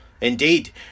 Indeed